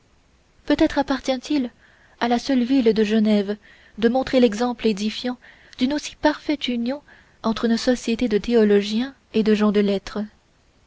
peut-être appartient-il à la seule ville de genève de montrer l'exemple édifiant d'une aussi parfaite union entre une société de théologiens et de gens de lettres